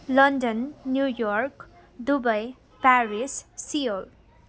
London New York Dubai Paris Seoul